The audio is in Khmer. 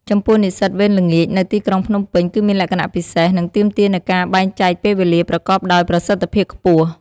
ចំពោះនិស្សិតវេនល្ងាចនៅទីក្រុងភ្នំពេញ គឺមានលក្ខណៈពិសេស និងទាមទារនូវការបែងចែកពេលវេលាប្រកបដោយប្រសិទ្ធភាពខ្ពស់។